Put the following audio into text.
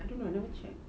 I don't know I never check